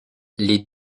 les